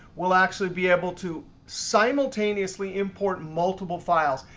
we'll actually be able to simultaneously important multiple files.